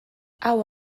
hau